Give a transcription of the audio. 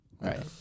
Right